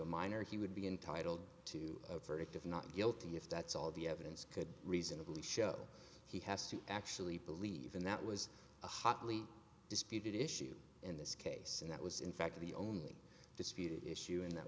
a minor he would be entitled to a verdict of not guilty if that's all the evidence could reasonably show he has to actually believe and that was a hotly disputed issue in this case and that was in fact the only disputed issue in that